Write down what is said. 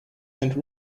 and